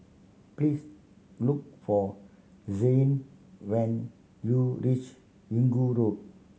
please look for Zayne when you reach Inggu Road